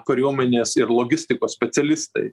kariuomenės ir logistikos specialistai